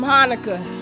Hanukkah